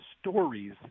stories